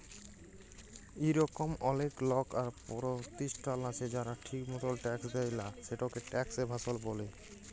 ইরকম অলেক লক আর পরতিষ্ঠাল আছে যারা ঠিক মতল ট্যাক্স দেয় লা, সেটকে ট্যাক্স এভাসল ব্যলে